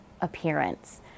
appearance